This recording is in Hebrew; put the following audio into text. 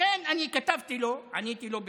לכן אני כתבתי לו, עניתי לו בטוויטר: